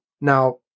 now